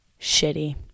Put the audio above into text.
shitty